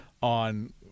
on